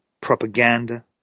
propaganda